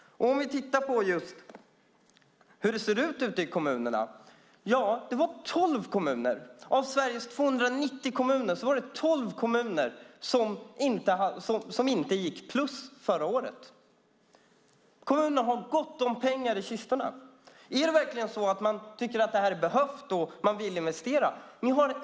Vi kan titta på hur det ser ut i kommunerna. Av Sveriges 290 kommuner var det tolv kommuner som förra året inte gick med plus. Kommunerna har gott om pengar i sina kistor. Är det verkligen så att man tycker att det vi här talar om behövs, att man vill investera i det?